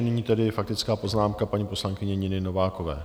Nyní tedy faktická poznámka paní poslankyně Niny Novákové.